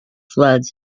floods